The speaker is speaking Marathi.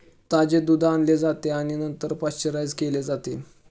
ताजे दूध आणले जाते आणि नंतर पाश्चराइज केले जाते